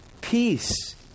peace